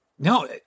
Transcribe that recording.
No